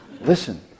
Listen